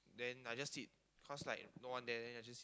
then I just sit cause like no one there then I just sit